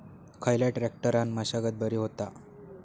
खयल्या ट्रॅक्टरान मशागत बरी होता?